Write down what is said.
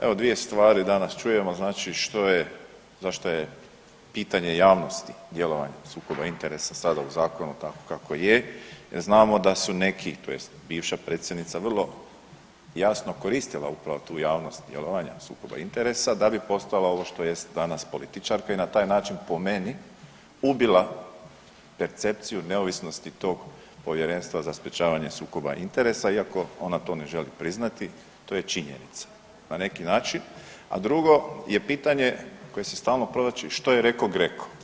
Evo dvije stvari danas čujemo znači što je, zašto je pitanje javnosti djelovanje sukoba interesa sada u zakonu tako kako je, jer znamo da su neki, tj. bivša predsjednica vrlo jasno koristila upravo tu javnost djelovanja sukoba interesa da bi postala ovo što jest danas, političarka i na taj način po meni ubila percepciju neovisnosti tog Povjerenstva za sprječavanje sukoba interesa iako ona to ne želi priznati, to je činjenica, na neki način, a drugo što se stalno provlači, što je reko GRECO.